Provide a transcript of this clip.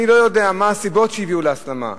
אני לא יודע מה הסיבות שהביאו להסלמה,